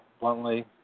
bluntly